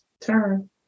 turn